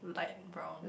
light brown